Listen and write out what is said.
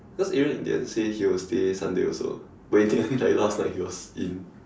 because Adrian in the end say he would stay Sunday also but in the end like last he was in